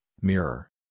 mirror